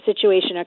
situation